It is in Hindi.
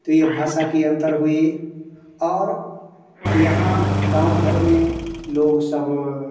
तो यह भाषा का अंतर हुआ और यहाँ गाँव भर में लोग सब